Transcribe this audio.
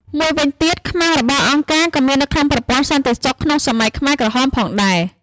មួយវិញទៀត ខ្មាំងរបស់អង្គការក៏មាននៅក្នុងប្រព័ន្ធសន្តិសុខក្នុងសម័យខ្មែរក្រហមផងដែរ។